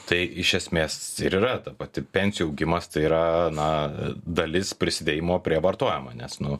tai iš esmės ir yra ta pati pensijų augimas tai yra na dalis prisidėjimo prie vartojimo nes nu